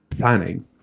planning